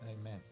Amen